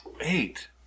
Eight